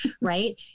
right